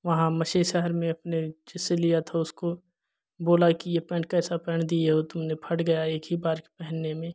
वहाँ मछरी शहर में अपने जिसे लिया था उसको बोला कि ये पैंट कैसा पेंट दिए हो तुमने फट गया एक ही बार पहनने में